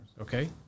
Okay